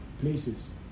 places